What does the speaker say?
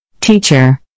Teacher